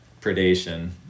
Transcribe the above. predation